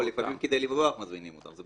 לפעמים כדי לברוח מזמינים אותם.